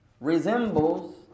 resembles